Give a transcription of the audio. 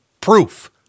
Proof